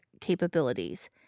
capabilities